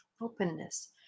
openness